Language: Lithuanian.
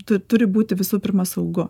tu turi būti visų pirma saugu